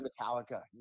Metallica